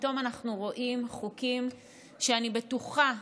ופתאום אנחנו רואים חוקים שאני בטוחה,